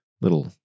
little